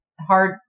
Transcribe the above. hard